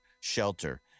shelter